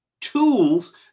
tools